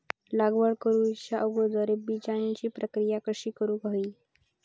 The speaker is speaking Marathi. लागवड करूच्या अगोदर बिजाची प्रकिया कशी करून हवी?